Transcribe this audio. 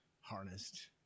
harnessed